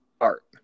art